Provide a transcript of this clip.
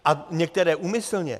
A některé úmyslně.